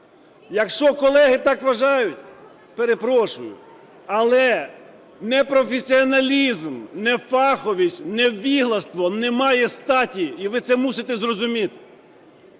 Якщо колеги так вважають, перепрошую. Але непрофесіоналізм, нефаховість, невігластво не має статі, і ви це мусите зрозуміти.